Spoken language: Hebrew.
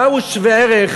מה הוא שווה ערך